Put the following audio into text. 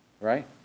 Right